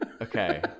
Okay